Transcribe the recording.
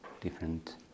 different